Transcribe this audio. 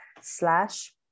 slash